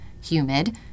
humid